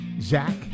Zach